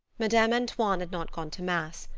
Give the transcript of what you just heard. madame antoine had not gone to mass.